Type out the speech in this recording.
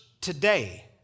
today